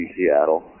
Seattle